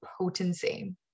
potency